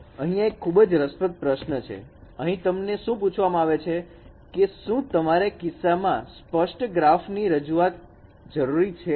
અહીં એક ખૂબ જ રસપ્રદ પ્રશ્ન છે અહીં તમને શું પૂછવામાં આવે છે કે શું તમારે કિસ્સામાં સ્પષ્ટ ગ્રાફ ની રજૂઆત જરૂરી છે